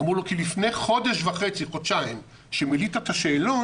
אמרו לו: כי לפני חודש וחצי-חודשיים כשמילאת את השאלון